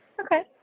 Okay